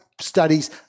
studies